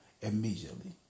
Immediately